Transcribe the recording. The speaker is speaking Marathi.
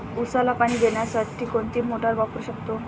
उसाला पाणी देण्यासाठी कोणती मोटार वापरू शकतो?